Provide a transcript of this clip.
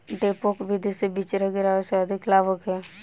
डेपोक विधि से बिचरा गिरावे से अधिक लाभ होखे?